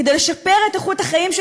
כדי לשפר את איכות החיים של